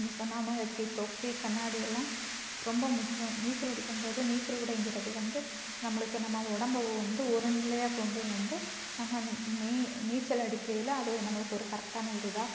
நீங்கள் சொன்ன மாதிரி தொப்பி கண்ணாடி எல்லாம் ரொம்ப முக்கியம் நீச்சல் அடிக்கும் போது நீச்சல் உடைங்கிறது வந்து நம்மளுக்கு நம்ம உடம்ப வந்து ஒருநிலையாக கொண்டு வந்து நம்ம நீ நீச்சல் அடிக்கையில் அது நம்மளுக்கு ஒரு கரெக்டான ஒரு இதாக